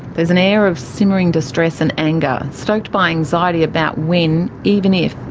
there's an air of simmering distress and anger stoked by anxiety about when, even if,